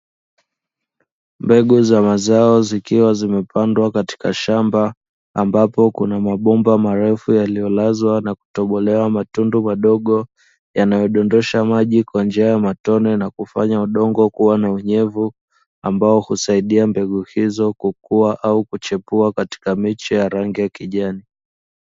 Mbegu za mazao zikiwa zimepandwa katika shamba ambapo kuna mabomba marefu yaliyolazwa na kutobolewa matundu madogo yanayodondosha maji kwa njia ya matone na kufanya udongo kuwa na unyevu, ambao husaidia mbegu hizo kukua au kuchipua katika miche ya rangi ya kijani.